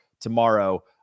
tomorrow